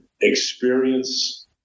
experience